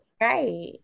right